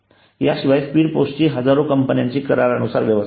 याशिवाय speed post ची हजारो कंपन्यांशी करारानुसार व्यवस्था आहे